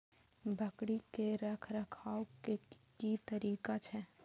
बकरी के रखरखाव के कि तरीका छै?